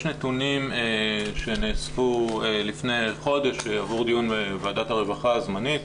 יש נתונים שנאספו לפני חודש עבור דיון בוועדת הרווחה הזמנית